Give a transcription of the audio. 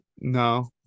no